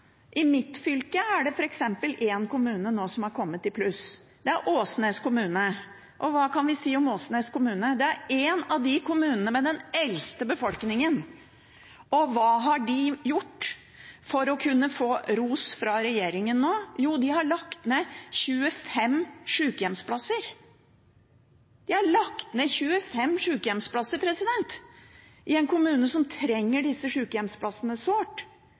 I mitt fylke er det f.eks. én kommune som nå har kommet i pluss. Det er Åsnes kommune. Og hva kan vi si om Åsnes kommune? Det er en av kommunene med den eldste befolkningen. Og hva har de gjort for å kunne få ros fra regjeringen nå? De har lagt ned 25 sykehjemsplasser. De har lagt ned 25 sykehjemsplasser i en kommune som trenger disse sykehjemsplassene sårt.